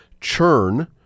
churn